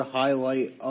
highlight